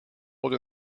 older